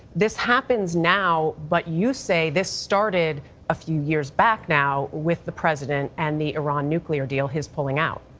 this happens now but you say this started a few years back now with the president and the iran nuclear deal, his pulling out?